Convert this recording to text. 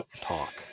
talk